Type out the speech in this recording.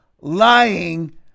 lying